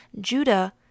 Judah